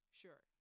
sure